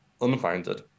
unfounded